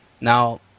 Now